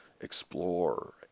explore